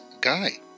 guy